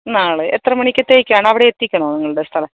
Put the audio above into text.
നാളെ എത്രമണിക്കത്തേക്കാണ് അവിടെ എത്തിക്കണോ നിങ്ങളുടെ സ്ഥല